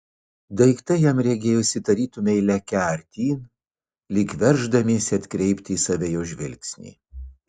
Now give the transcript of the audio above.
daiktai jam regėjosi tarytumei lekią artyn lyg verždamiesi atkreipti į save jo žvilgsnį